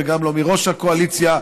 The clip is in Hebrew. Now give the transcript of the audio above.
גם לא מראש הקואליציה,